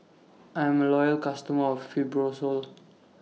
I'm A Loyal customer of Fibrosol